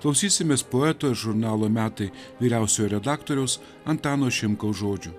klausysimės poeto ir žurnalo metai vyriausiojo redaktoriaus antano šimkaus žodžių